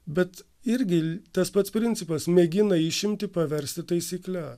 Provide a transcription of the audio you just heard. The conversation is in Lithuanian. bet irgi tas pats principas mėgina išimtį paversti taisykle